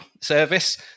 service